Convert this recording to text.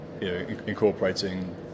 incorporating